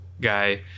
guy –